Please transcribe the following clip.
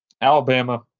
Alabama